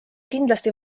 kindlasti